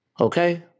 Okay